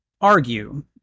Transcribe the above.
argue